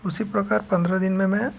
उसी प्रकार पंद्रह दिन में मैं